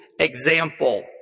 example